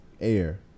air